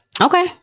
okay